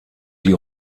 die